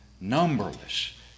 numberless